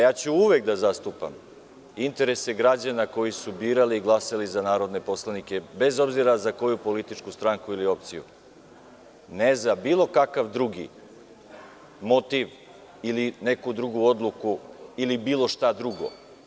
Ja ću uvek da zastupam interese građana koji su birali i glasali za narodne poslanike, bez obzira za koju političku stranku ili opciju, ne za bilo kakav drugi motiv ili neku drugu odluku, ili bilo šta drugo.